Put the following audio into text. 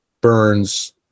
Burns